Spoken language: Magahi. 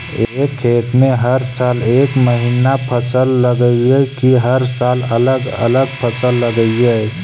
एक खेत में हर साल एक महिना फसल लगगियै कि हर साल अलग अलग फसल लगियै?